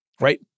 right